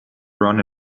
run